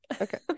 Okay